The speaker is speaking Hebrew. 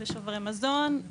שוברי מזון,